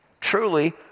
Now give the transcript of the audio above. Truly